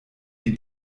die